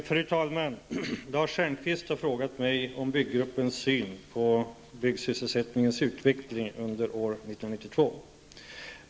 Fru talman! Lars Stjernkvist har frågat mig om byggruppens syn på byggsysselsättningens utveckling under år 1992.